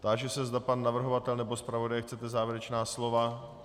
Táži se, zda pan navrhovatel nebo zpravodaj chcete závěrečná slova.